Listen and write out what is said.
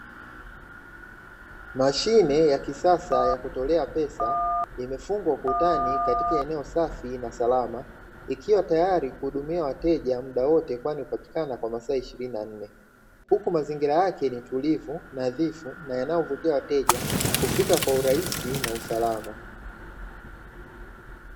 Mashine ya kisasa ya kutolea pesa imefungwa ukutani katika eneo safi na salama, ikiwa tayari kuhudumia wateja muda wote kwani hupatikana kwa masaa ishirini na nne, huku mazingira yake ni utulivu nadhifu na yanayovutia wateja kufika kwa urahisi na usalama.